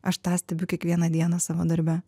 aš tą stebiu kiekvieną dieną savo darbe